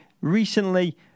recently